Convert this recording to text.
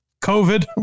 COVID